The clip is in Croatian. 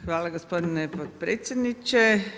Hvala gospodine potpredsjedniče.